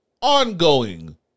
ongoing